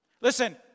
Listen